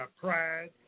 pride